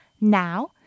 Now